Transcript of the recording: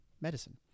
medicine